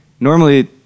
normally